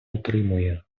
отримує